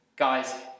guys